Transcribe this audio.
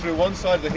one side but